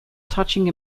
touching